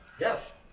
Yes